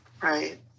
Right